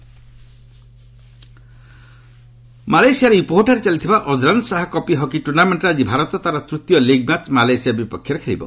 hockey ମାଲସିଆର ଇପୋହ୍ଠାରେ ଚାଲିଥିବା ଆଜ୍ଲାନ୍ଶାହା କପ୍ ହକି ଟୁର୍ଣ୍ଣାମେଣ୍ଟ୍ରେ ଆଜି ଭାରତ ତା'ର ତୂତୀୟ ଲିଗ୍ ମ୍ୟାଚ୍ ମାଲେସିଆ ବିପକ୍ଷରେ ଖେଳିବ